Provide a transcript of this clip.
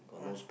where